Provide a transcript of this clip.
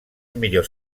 millors